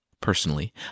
Personally